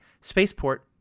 spaceport